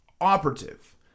operative